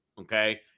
okay